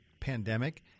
pandemic